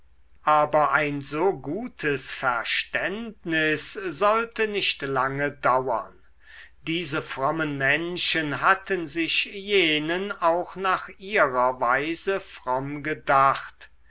aber ein so gutes verständnis sollte nicht lange dauern diese frommen menschen hatten sich jenen auch nach ihrer weise fromm gedacht